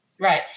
Right